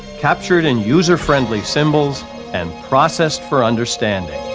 captured in user friendly symbols and processed for understanding.